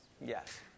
Yes